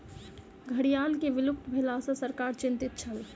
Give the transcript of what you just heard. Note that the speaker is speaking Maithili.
घड़ियाल के विलुप्त भेला सॅ सरकार चिंतित छल